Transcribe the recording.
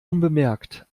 unbemerkt